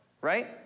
right